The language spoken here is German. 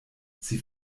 sie